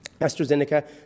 AstraZeneca